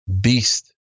Beast